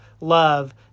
love